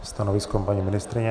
Stanovisko paní ministryně?